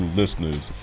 listeners